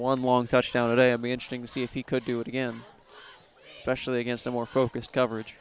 one long touchdown today and be interesting to see if he could do it again specially against a more focused coverage